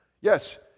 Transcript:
Yes